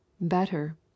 Better